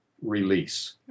release